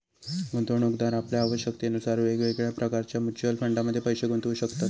गुंतवणूकदार आपल्या आवश्यकतेनुसार वेगवेगळ्या प्रकारच्या म्युच्युअल फंडमध्ये पैशे गुंतवू शकतत